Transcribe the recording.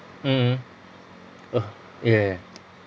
mmhmm oh ya ya ya